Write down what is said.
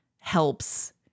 helps